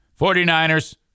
49ers